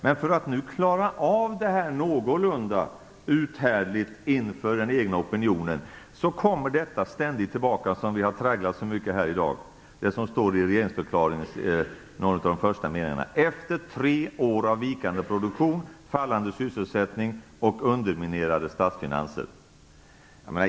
Men för att förklara det här på ett någorlunda uthärdligt sätt för den egna opinionen hävdar man ständigt det som sägs också i någon av de första meningarna i regeringsförklaringen, där det heter: "Efter tre år av vikande produktion, fallande sysselsättning och underminerade statsfinanser ---."